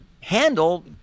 handle